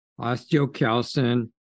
osteocalcin